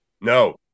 no